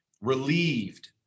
relieved